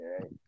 right